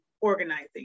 organizing